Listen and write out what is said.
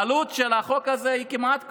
העלות של החוק הזה היא כמעט כלום,